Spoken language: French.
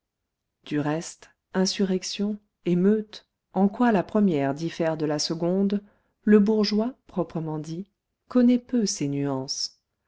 du reste insurrection émeute en quoi la première diffère de la seconde le bourgeois proprement dit connaît peu ces nuances